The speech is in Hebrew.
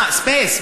מה קרה לכם,